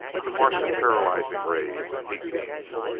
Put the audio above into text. the martian paralyzing rays and heat beams.